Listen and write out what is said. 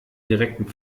direkten